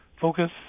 focus